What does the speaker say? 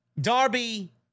Darby